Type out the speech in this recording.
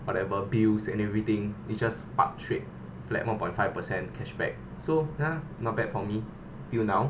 whatever bills and everything it just pah straight flat one point five percent cash back so ya not bad for me till now